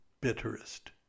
bitterest